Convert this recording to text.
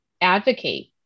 advocate